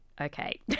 okay